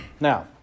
Now